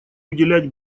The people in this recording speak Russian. уделять